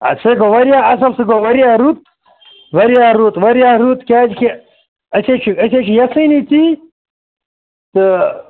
اَ سُے گوٚو واریاہ اَصٕل سُہ گوٚو واریاہ رُت واریاہ رُت واریاہ رُت کیٛازکہِ أسے چھِ أسے چھِ یَژھٲنی تی تہٕ